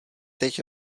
teď